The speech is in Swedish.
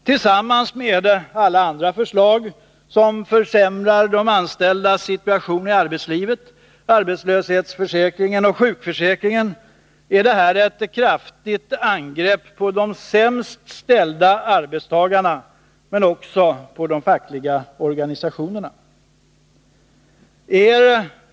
Tillsammans med alla andra förslag som försämrar de anställdas situation i arbetslivet — jag tänker t.ex. på försämringarna inom arbetslöshetsförsäkringen och sjukförsäkringen — är detta förslag ett kraftigt angrepp på de sämst ställda arbetstagarna men också på de fackliga organisationerna.